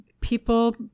people